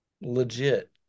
Legit